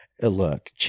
Look